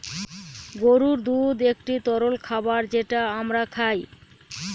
গরুর দুধ একটি তরল খাবার যেটা আমরা খায়